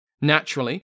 Naturally